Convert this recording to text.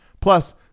Plus